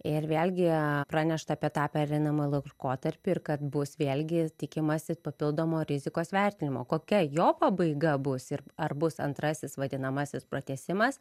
ir vėlgi pranešta apie tą pereinamąjį lairkotarpį ir kad bus vėlgi tikimasi papildomo rizikos vertinimo kokia jo pabaiga bus ir ar bus antrasis vadinamasis pratęsimas